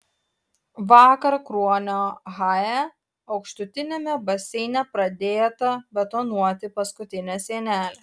vakar kruonio hae aukštutiniame baseine pradėta betonuoti paskutinė sienelė